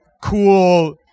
cool